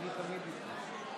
חבריי חברי הכנסת,